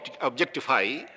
objectify